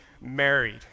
married